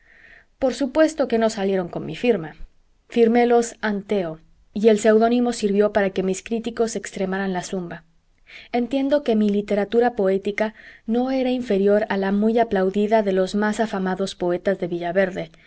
por supuesto que no salieron con mi firma firmélos anteo y el seudónimo sirvió para que mis críticos extremaran la zumba entiendo que mi literatura poética no era inferior a la muy aplaudida de los más afamadas poetas de